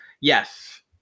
Yes